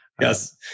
Yes